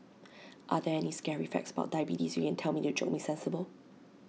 are there any scary facts about diabetes you can tell me to jolt me sensible